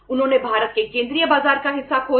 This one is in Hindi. उन्होंने भारत के केंद्रीय बाजार का हिस्सा खो दिया